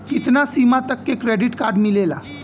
कितना सीमा तक के क्रेडिट कार्ड मिलेला?